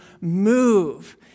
move